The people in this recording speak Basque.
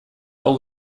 hau